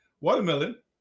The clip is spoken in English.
watermelon